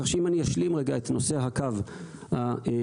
כך שאם אשלים את נושא הקו האדום,